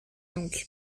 donc